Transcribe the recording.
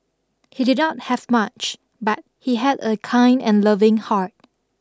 he did not have much but he had a kind and loving heart